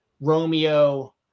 Romeo